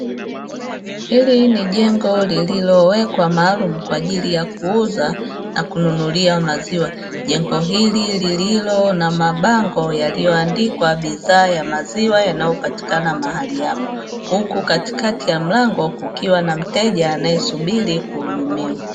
Hili ni jengo lililowekwa maalumu kwa ajili ya kuuza na kununulia maziwa, jengo hili lililo na mabango yaliyoandikwa bidhaa ya maziwa yanayopatikana mahali hapo, huku katikati ya mlango kukiwa na mteja anayesubiri kuhudumiwa.